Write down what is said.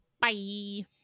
Bye